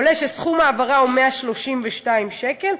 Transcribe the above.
עולה שסכום ההעברה הוא 132 שקל,